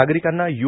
नागरिकांना यु